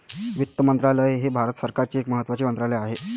वित्त मंत्रालय हे भारत सरकारचे एक महत्त्वाचे मंत्रालय आहे